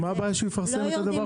אז מה הבעיה שהוא יפרסם את הדבר הזה?